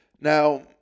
Now